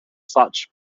such